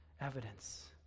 evidence